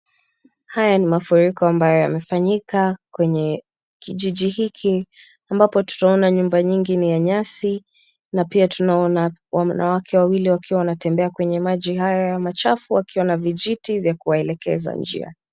Haya ni mafuriko ambayo yamefanyika kwenye kijiji hiki, ambapo tutaona nyumba nyingi ni ya nyasi na pia tunaona wanawake wawili wakiwa wanatembea kwa maji hayo machafu wakiwa na vijiti vya kuwaelekeza njia.